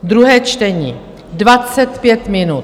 Druhé čtení 25 minut.